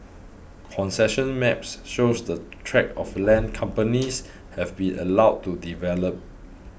concession maps shows the tracts of land companies have been allowed to develop